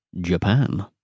Japan